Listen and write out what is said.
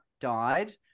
died